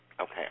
Okay